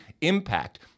impact